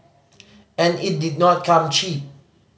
and it did not come cheap